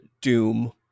Doom